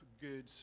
good